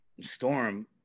Storm